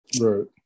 Right